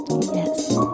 Yes